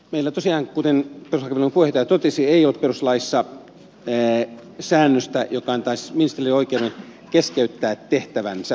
meillä tosiaan kuten perustuslakivaliokunnan puheenjohtaja totesi ei ole perustuslaissa säännöstä joka antaisi ministerille oikeuden keskeyttää tehtävänsä hoitamisen